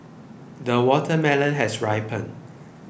the watermelon has ripened